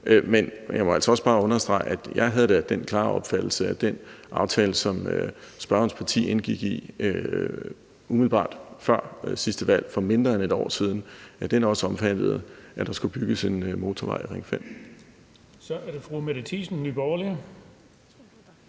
men jeg må altså også bare understrege, at jeg da havde den klare opfattelse, at den aftale, som spørgerens parti indgik umiddelbart før sidste valg, for mindre end et år siden, også omfattede, at der skulle bygges en motorvej, Ring 5. Kl. 17:25 Den fg. formand (Erling